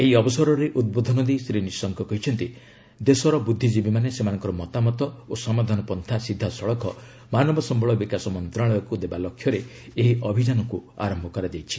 ଏହି ଅବସରରେ ଉଦ୍ବୋଧନ ଦେଇ ଶ୍ରୀ ନିଶଙ୍କ କହିଛନ୍ତି ଦେଶର ବୁଦ୍ଧିଜୀବୀମାନେ ସେମାନଙ୍କର ମତାମତ ଓ ସମାଧାନପର୍ନା ସିଧାସଳଖ ମାନବ ସମ୍ଭଳ ବିକାଶ ମନ୍ତ୍ରଣାଳୟକ୍ତ ଦେବା ଲକ୍ଷ୍ୟରେ ଏହି ଅଭିଯାନକୁ ଆରମ୍ଭ କରାଯାଇଛି